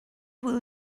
will